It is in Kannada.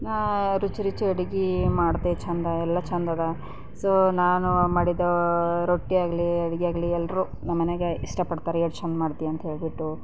ನಾ ರುಚಿ ರುಚಿ ಅಡುಗೆ ಮಾಡ್ತೆ ಚೆಂದ ಎಲ್ಲ ಚೆಂದದ ಸೊ ನಾನು ಮಾಡಿದ ರೊಟ್ಟಿಯಾಗಲಿ ಅಡುಗೆಯಾಗಲಿ ಎಲ್ಲರೂ ನಮ್ಮನೇಗ ಇಷ್ಟಪಡ್ತಾರೆ ಎಷ್ಟು ಚೆಂದ ಮಾಡ್ತಿ ಅಂಥೇಳ್ಬಿಟ್ಟು